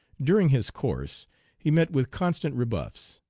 during his course he met with constant rebuffs.